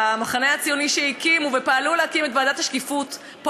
המחנה הציוני שהקימו ופעלו להקים את ועדת השקיפות פה,